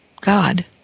God